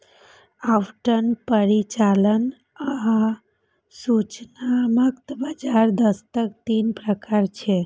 आवंटन, परिचालन आ सूचनात्मक बाजार दक्षताक तीन प्रकार छियै